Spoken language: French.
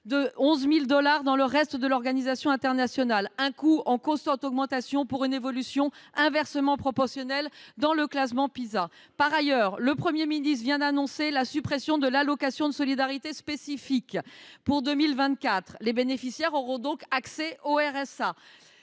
de 11 000 dollars dans le reste des pays membres de l’organisation internationale. Un coût en constante augmentation pour une évolution inversement proportionnelle dans le classement Pisa… Par ailleurs, le Premier ministre vient d’annoncer la suppression de l’allocation de solidarité spécifique (ASS) pour 2024 : les bénéficiaires auront donc accès au